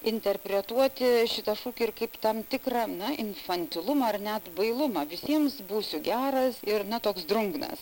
interpretuoti šitą šūkį ir kaip tam tikrą na infantilumo ar net bailumą visiems būsiu geras ir na toks drungnas